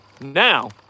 now